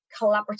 collaborative